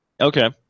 Okay